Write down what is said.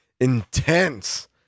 intense